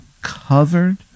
covered